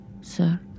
sir